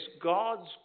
god's